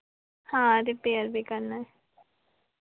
हाँ रिपेयर भी करना है